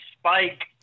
spike